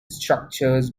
structures